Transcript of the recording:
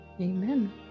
Amen